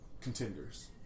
contenders